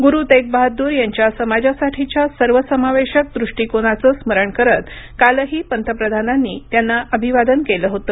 गुरू तेगबहादूर यांच्या समाजासाठीच्या सर्वसमावेशक दृष्टीकोनाचं स्मरण करत कालही पंतप्रधानांनी त्यांना अभिवादन केलं होतं